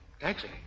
Taxi